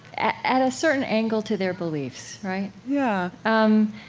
ah at a certain angle to their beliefs, right? yeah um,